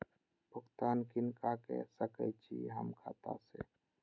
भुगतान किनका के सकै छी हम खाता से?